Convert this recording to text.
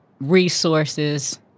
resources